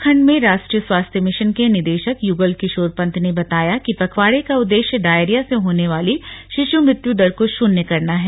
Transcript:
उत्तराखंड में राष्ट्रीय स्वास्थ्य मिशन के निदेशक युगल किशोर पंत ने बताया कि पखवाड़े का उद्देश्य डायरिया से होने वाली शिशु मृत्यु दर को शून्य करना है